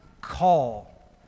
call